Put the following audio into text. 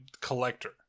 collector